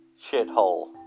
shithole